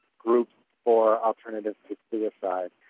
groups for alternatives to suicide.